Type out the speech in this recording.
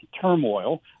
turmoil